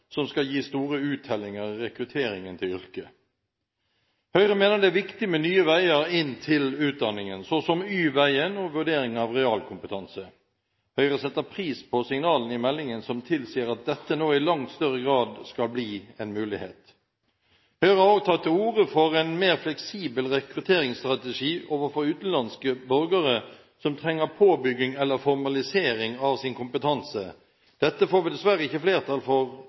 som skal gi store uttellinger i rekrutteringen til yrket. Høyre mener det er viktig med nye veier inn til utdanningen, så som Y-veien og vurdering av realkompetanse. Høyre setter pris på signalene i meldingen som tilsier at dette nå i langt større grad skal bli en mulighet. Høyre har også tatt til orde for en mer fleksibel rekrutteringsstrategi overfor utenlandske borgere som trenger påbygging eller formalisering av sin kompetanse. Dette får vi dessverre ikke flertall for